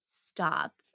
Stop